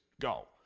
go